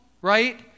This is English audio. right